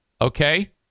okay